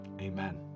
amen